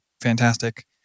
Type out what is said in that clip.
fantastic